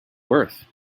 worth